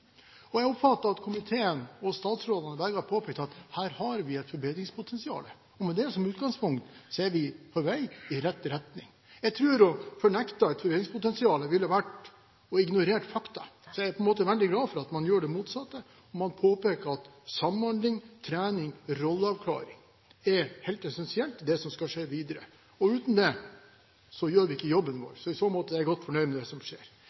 Jeg oppfatter at komiteen og begge statsrådene har påpekt at her har vi et forbedringspotensial. Med det som utgangspunkt er vi på vei i rett retning. Jeg tror at det å fornekte et forbedringspotensial ville være å ignorere fakta. Så jeg er veldig glad for at man gjør det motsatte. Man påpeker at samhandling, trening og rolleavklaring er helt essensielt – og det er det som skal skje videre. Uten det gjør vi ikke jobben vår. Så i så måte er jeg godt fornøyd med det som skjer.